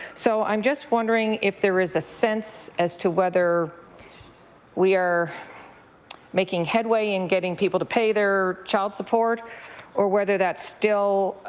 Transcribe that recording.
so i'm just wondering if there is a sense as to whether we are making headway in getting people to pay their child support or whether that's still,